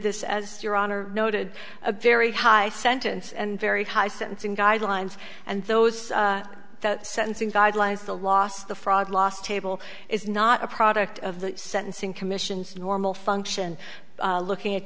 this as your honor noted a very high sentence and very high sentencing guidelines and those sentencing guidelines the last the fraud last table is not a product of the sentencing commission's normal function looking at